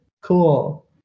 Cool